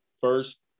first